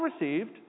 received